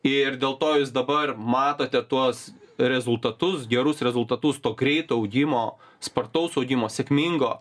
ir dėl to jūs dabar matote tuos rezultatus gerus rezultatus to greito augimo spartaus augimo sėkmingo